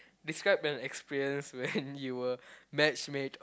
describe the experience when you were matchmade